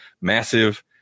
massive